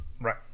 Right